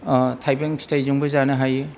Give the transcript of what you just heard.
थायबें फिथायजोंबो जानो हायो